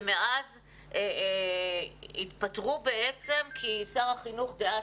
ומאז התפטרו כי שר החינוך דאז,